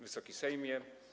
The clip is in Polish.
Wysoki Sejmie!